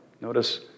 Notice